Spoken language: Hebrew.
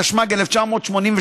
התשמ"ג 1983,